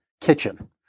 Kitchen